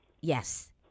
Yes